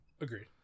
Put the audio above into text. agreed